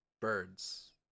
Birds